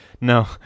No